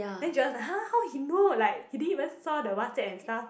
then Joel is like !huh! how he know like he didn't even saw the WhatsApp and stuff